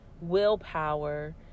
willpower